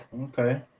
okay